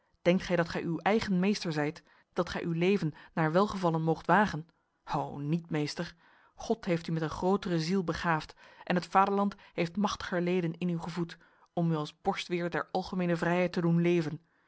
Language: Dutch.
denkt gij dat gij uw eigen meester zijt dat gij uw leven naar welgevallen moogt wagen ho niet meester god heeft u met een grotere ziel begaafd en het vaderland heeft machtiger leden in u gevoed om u als borstweer der algemene vrijheid te doen leven